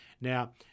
Now